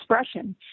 expression